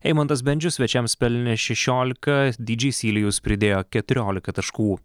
eimantas bendžius svečiams pelnė šešiolika dydžėj silijus pridėjo keturiolika taškų